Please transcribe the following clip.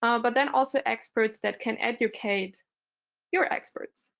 ah but then also experts that can educate your experts.